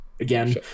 again